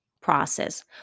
process